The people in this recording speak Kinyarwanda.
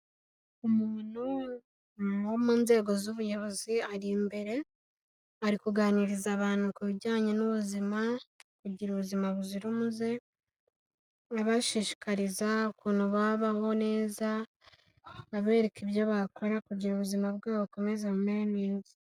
Umuntu wo mu nzego z'ubuyobozi ari imbere, ari kuganiriza abantu ku bijyanye n'ubuzima, kugira ubuzima buzira umuze, abashishikariza ukuntu babaho neza, abereka ibyo bakora kugira ubuzima bwe bakomeze bumere neza.